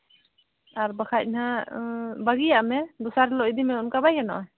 ᱟᱨ ᱵᱟᱠᱷᱟᱱ ᱦᱟᱸᱜ ᱵᱟᱹᱜᱤᱭᱟᱜ ᱢᱮ ᱫᱚᱥᱟᱨ ᱦᱤᱞᱳᱜ ᱤᱫᱤ ᱢᱮ ᱚᱱᱠᱟ ᱵᱟᱭ ᱜᱟᱱᱚᱜᱼᱟ